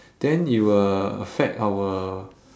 then it will affect our